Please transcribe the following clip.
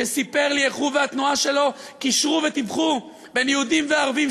שסיפר לי איך הוא והתנועה שלו קישרו ותיווכו בין יהודים וערבים,